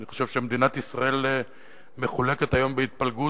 אני חושב שמדינת ישראל מחולקת היום בהתפלגות